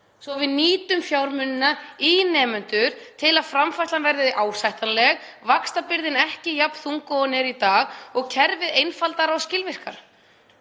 að við nýtum fjármunina í nemendur til að framfærslan verði ásættanleg, vaxtabyrðin ekki jafn þung og hún er í dag og kerfið einfaldara og skilvirkara.